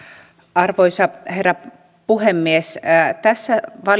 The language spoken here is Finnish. arvoisa herra puhemies tässä